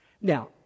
Now